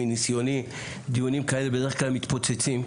מניסיוני, דיונים כאלה בדרך כלל מתפוצצים.